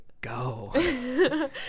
go